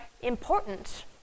important